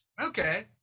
okay